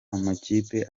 amakipe